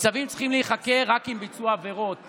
ניצבים צריכים להיחקר רק אם ביצעו עבירות,